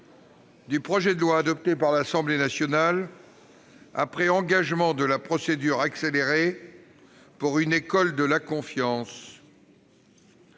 du projet de loi, adopté par l'Assemblée nationale après engagement de la procédure accélérée, pour une école de la confiance